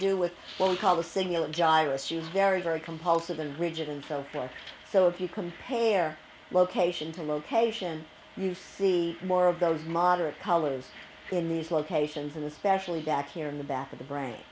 do with what we call the signal of gyra she was very very compulsive and rigid and so forth so if you compare location to location you see more of those moderate colors in these locations and especially back here in the back of the brain